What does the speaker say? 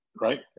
right